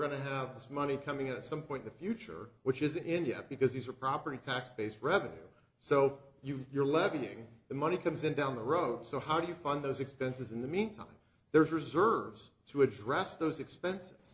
to have this money coming in at some point the future which is in india because these are property tax based revenue so you're levying the money comes in down the road so how do you fund those expenses in the meantime there's reserves to address those expense